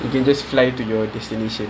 you can just fly to your destination